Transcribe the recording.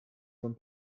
von